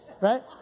right